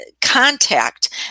contact